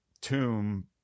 tomb